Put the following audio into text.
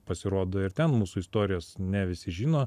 pasirodo ir ten mūsų istorijos ne visi žino